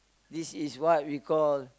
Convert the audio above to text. this is what we call